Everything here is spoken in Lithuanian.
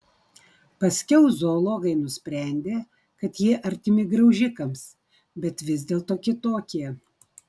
paskiau zoologai nusprendė kad jie artimi graužikams bet vis dėlto kitokie